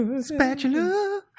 Spatula